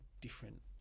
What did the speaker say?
different